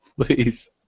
Please